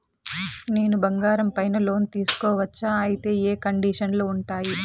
నేను బంగారం పైన లోను తీసుకోవచ్చా? అయితే ఏ కండిషన్లు ఉంటాయి?